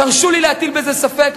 תרשו לי להטיל בזה ספק.